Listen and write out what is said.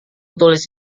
tulis